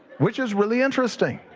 which is really interesting.